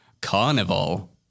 carnival